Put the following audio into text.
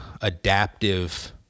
adaptive